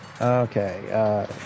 Okay